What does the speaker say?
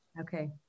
Okay